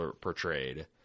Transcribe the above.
portrayed